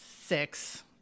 six